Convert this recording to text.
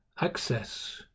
access